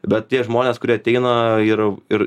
bet tie žmonės kurie ateina ir ir